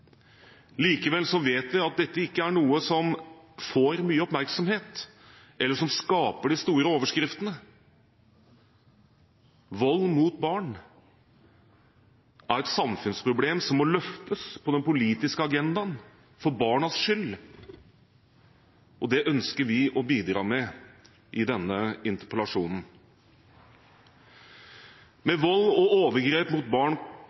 Likevel vet vi at dette ikke er noe som får mye oppmerksomhet, eller som skaper de store overskriftene. Vold mot barn er et samfunnsproblem som må løftes på den politiske agendaen, for barnas skyld. Det ønsker vi å bidra med i denne interpellasjonen. Men vold og overgrep mot barn